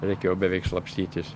reikėjo beveik slapstytis